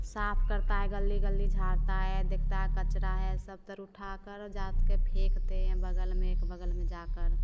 साफ़ करता है गली गली झाड़ता है देखता है कचरा है सबतर उठाकर जाकर फेंकते हैं बगल में एक बगल में जाकर